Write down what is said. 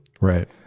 Right